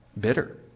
bitter